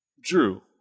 Drew